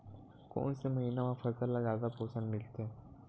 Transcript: कोन से महीना म फसल ल जादा पोषण मिलथे?